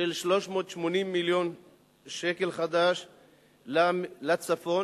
של 380 מיליון ש"ח לצפון,